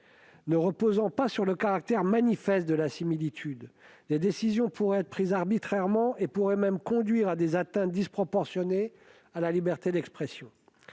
Ne reposant pas sur le caractère manifeste de la similitude, les décisions pourraient être prises arbitrairement, voire conduire à des atteintes disproportionnées à la liberté d'expression.